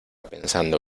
pensando